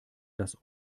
das